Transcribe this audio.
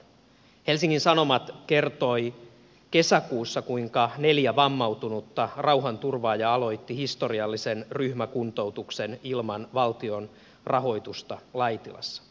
helsingin sanomat kertoi kesäkuussa kuinka neljä vammautunutta rauhanturvaajaa aloitti historiallisen ryhmäkuntoutuksen ilman valtion rahoitusta laitilassa